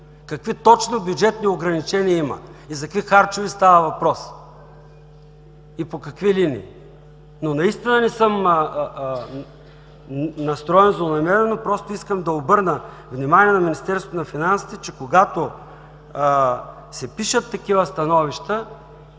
какви точно бюджетни ограничения има, за какви харчове става въпрос и по какви линии! Но не съм настроен злонамерено, просто искам да обърна внимание на Министерството на финансите, че когато се пишат такива становища,